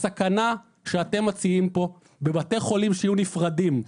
הסכנה שאתם מציעים כאן בבתי חולים שיהיו נפרדים.